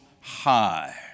high